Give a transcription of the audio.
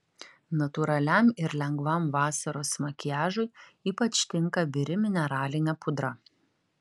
natūraliam ir lengvam vasaros makiažui ypač tinka biri mineralinė pudra